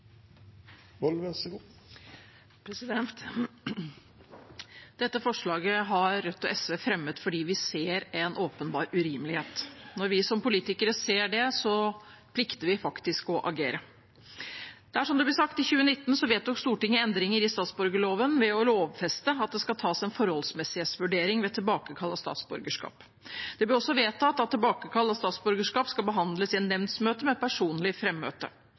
fremmet fordi vi ser en åpenbar urimelighet. Når vi som politikere ser det, plikter vi faktisk å agere. Det er som det ble sagt: I 2019 vedtok Stortinget endringer i statsborgerloven ved å lovfeste at det skal tas en forholdsmessighetsvurdering ved tilbakekall av statsborgerskap. Det ble også vedtatt at tilbakekall av statsborgerskap skal behandles i et nemndsmøte med personlig